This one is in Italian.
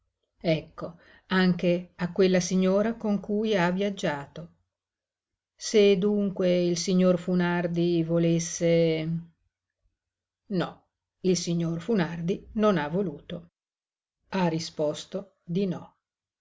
ecco anche a quella signora con cui ha viaggiato se dunque il signor funardi volesse no il signor funardi non ha voluto ha risposto di no